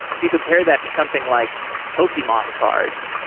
you compare that to something like pokemon cards.